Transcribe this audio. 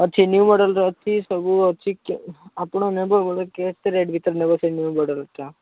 ଅଛି ନ୍ୟୁ ମଡ଼େଲ୍ର ଅଛି ସବୁ ଅଛି ଆପଣ ନେବ ବୋଲେ କେତେ ରେଟ୍ ଭିତରେ ନେବ ସେ ନ୍ୟୁ ମଡ଼େଲ୍ଟା